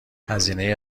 هزینه